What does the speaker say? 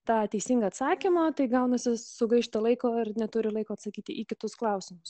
tą teisingą atsakymą tai gaunasi sugaišta laiko ir neturi laiko atsakyti į kitus klausimus